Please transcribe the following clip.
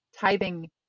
tithing